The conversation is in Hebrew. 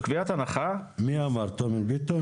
מי אמר, תומר ביטון?